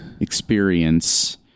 experience